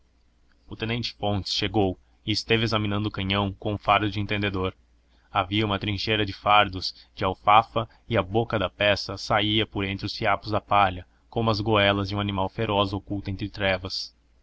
o tenente fontes chegou e esteve examinando o canhão com o faro de entendedor havia uma trincheira de fardo de alfafa e a boca da peça saía por entre os fiapos de palha como as goelas de um animal feroz oculto entre ervas